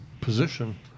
position